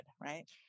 right